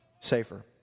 safer